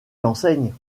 l’enseigne